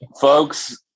Folks